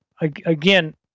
again